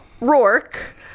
Rourke